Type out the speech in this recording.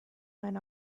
went